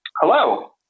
Hello